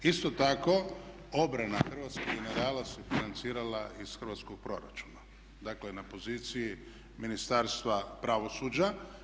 Isto tako obrana hrvatskih generala se financirala iz hrvatskog proračuna, dakle na poziciji Ministarstva pravosuđa.